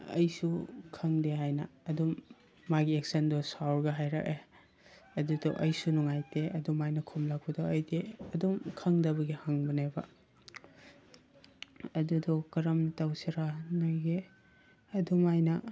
ꯑꯩꯁꯨ ꯈꯪꯗꯦ ꯍꯥꯏꯅ ꯑꯗꯨꯝ ꯃꯥꯒꯤ ꯑꯦꯛꯁꯟꯗꯣ ꯁꯥꯎꯔꯒ ꯍꯥꯏꯔꯛꯑꯦ ꯑꯗꯨꯗ ꯑꯩꯁꯨ ꯅꯨꯡꯉꯥꯏꯇꯦ ꯑꯗꯨꯃꯥꯏꯅ ꯈꯨꯝꯂꯛꯄꯗꯣ ꯑꯩꯗꯤ ꯑꯗꯨꯝ ꯈꯪꯗꯕꯒꯤ ꯍꯪꯕꯅꯦꯕ ꯑꯗꯨꯗꯣ ꯀꯔꯝ ꯇꯧꯁꯤꯔꯥ ꯅꯣꯏꯒꯤ ꯑꯗꯨꯃꯥꯏꯅ